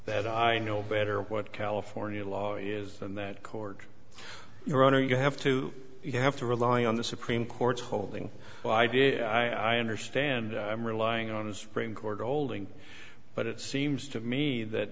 that i know better what california law is than that court your honor you have to you have to rely on the supreme court's holding well i did i understand i'm relying on supreme court holding but it seems to me that